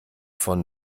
von